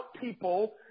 people